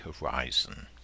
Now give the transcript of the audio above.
horizon